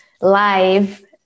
live